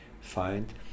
find